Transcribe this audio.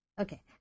Okay